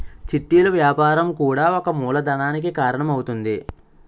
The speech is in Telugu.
చిట్టీలు వ్యాపారం కూడా ఒక మూలధనానికి కారణం అవుతుంది